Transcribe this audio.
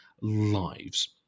lives